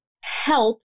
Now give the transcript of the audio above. help